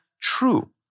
true